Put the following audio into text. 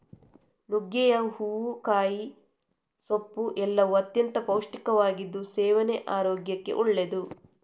ನುಗ್ಗೆಯ ಹೂವು, ಕಾಯಿ, ಸೊಪ್ಪು ಎಲ್ಲವೂ ಅತ್ಯಂತ ಪೌಷ್ಟಿಕವಾಗಿದ್ದು ಸೇವನೆ ಆರೋಗ್ಯಕ್ಕೆ ಒಳ್ಳೆದ್ದು